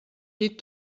llit